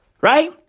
Right